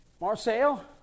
Marcel